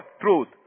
truth